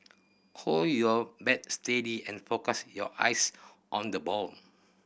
hold your bat steady and focus your eyes on the ball